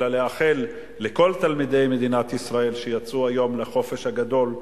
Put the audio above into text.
אלא לאחל לכל תלמידי מדינת ישראל שיצאו היום לחופש הגדול,